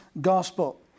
gospel